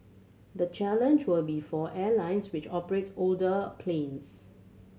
the challenge will be for airlines which operate older planes